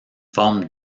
forme